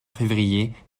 février